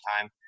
time